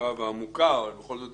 וחשובה ועמוקה, אבל בכל זאת